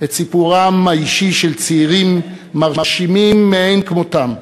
את סיפורם האישי של צעירים מרשימים מאין-כמותם,